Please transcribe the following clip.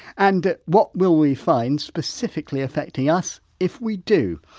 and what will we find specifically affecting us if we do?